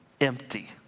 empty